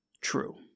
true